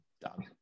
done